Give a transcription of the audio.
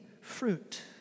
fruit